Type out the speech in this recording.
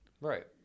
Right